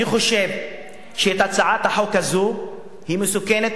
אני חושב שהצעת החוק הזו היא מסוכנת,